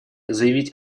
заявить